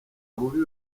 bubi